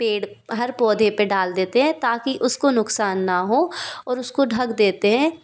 पेड़ हर पौधे पर डाल देते हैं ताकि उसको नुकसान न हो और उसको ढक देते हैं